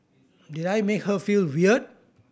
did I make her feel weird